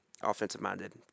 offensive-minded